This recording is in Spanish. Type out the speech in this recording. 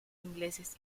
ingleses